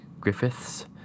Griffiths